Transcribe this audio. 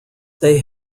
they